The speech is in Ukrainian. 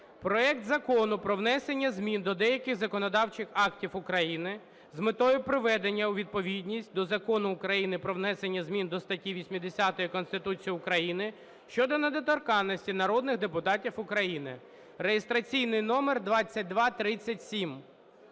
проект Закону про внесення змін до деяких законодавчих актів України з метою приведення у відповідність до Закону України "Про внесення змін до статті 80 Конституції України щодо недоторканності народних депутатів України" (реєстраційний номер 2237).